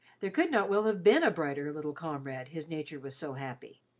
there could not well have been a brighter little comrade, his nature was so happy.